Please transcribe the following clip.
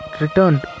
Returned